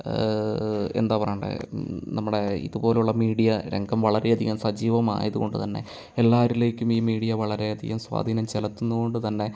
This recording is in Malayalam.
എന്താ പറയേണ്ടേ നമ്മുടെ ഇതുപോലുള്ള മീഡിയ രംഗം വളരെയധികം സജീവമായതുകൊണ്ട് തന്നെ എല്ലാവരിലേക്കും ഈ മീഡിയ വളരെയധികം സ്വാധീനം ചെലുത്തുന്നത് കൊണ്ട് തന്നെ